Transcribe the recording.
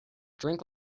drink